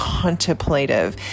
contemplative